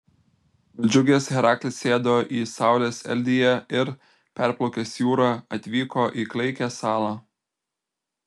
nudžiugęs heraklis sėdo į saulės eldiją ir perplaukęs jūrą atvyko į klaikią salą